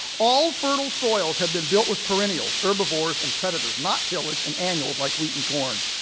all fertile soils have been built with perennials, herbivores, and predators, not tillage and annuals, like wheat and corn.